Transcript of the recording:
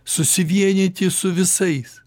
susivienyti su visais